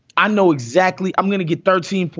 i know. exactly. i'm going to get thirteen,